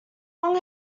long